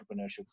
entrepreneurship